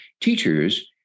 teachers